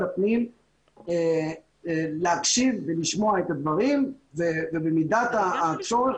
הפנים להקשיב ולשמוע את הדברים ובמידת הצורך,